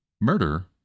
murder